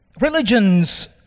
religions